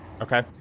Okay